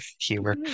humor